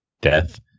death